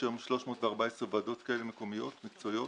יש היום 314 ועדות כאלה מקומיות- מקצועיות,